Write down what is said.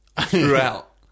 throughout